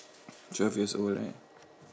twelve years old right